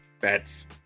bets